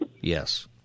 Yes